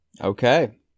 okay